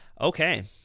Okay